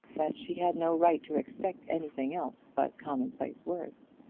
that she had no right to expect anything else but commonplace words.